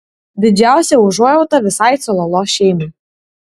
didžiausia užuojauta visai cololo šeimai